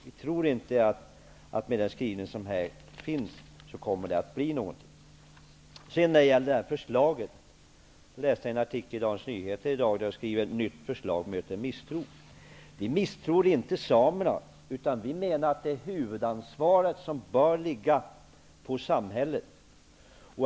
Vi tror alltså inte på den skrivning som här finns. Jag har läst en artikel i dagens Dagens Nyheter. Där står det: Nytt förslag möter misstro. Men vi misstror inte samerna. Vad vi menar är att huvudansvaret bör ligga på samhället.